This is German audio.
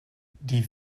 die